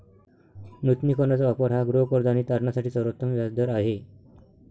नूतनीकरणाचा वापर हा गृहकर्ज आणि तारणासाठी सर्वोत्तम व्याज दर आहे